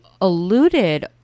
alluded